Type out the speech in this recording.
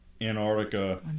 antarctica